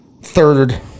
third